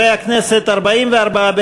את הצעת חוק המכר (דירות) (הבטחת השקעות של רוכשי דירות)